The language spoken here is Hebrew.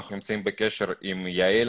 אנחנו נמצאים בקשר עם יעל,